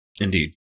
Indeed